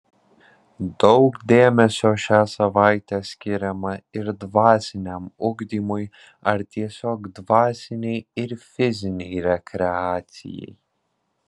daug dėmesio šią savaitę skiriama ir dvasiniam ugdymui ar tiesiog dvasinei ir fizinei rekreacijai